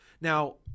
Now